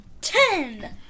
Ten